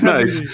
Nice